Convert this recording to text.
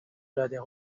رده